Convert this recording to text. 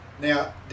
Now